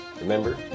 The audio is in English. Remember